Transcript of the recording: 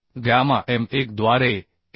gamma M1 द्वारे AN